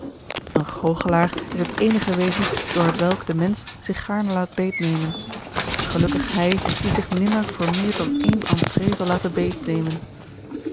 een goochelaar is het eenige wezen door hetwelk de mensch zich gaarne laat beetnemen gelukkig hij die zich nimmer voor meer dan ééne entrée zal laten